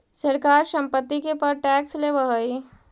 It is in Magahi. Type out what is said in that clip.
सरकार संपत्ति के पर टैक्स लेवऽ हई